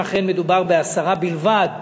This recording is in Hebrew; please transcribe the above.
אם אכן מדובר בעשרה בלבד,